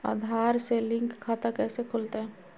आधार से लिंक खाता कैसे खुलते?